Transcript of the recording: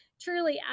truly